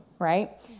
right